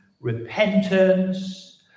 repentance